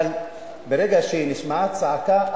אבל ברגע שנשמעת צעקה,